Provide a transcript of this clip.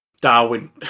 Darwin